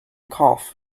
cough